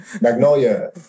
Magnolia